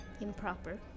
improper